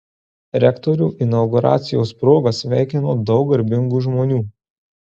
rektorių inauguracijos proga sveikino daug garbingų žmonių